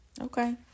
Okay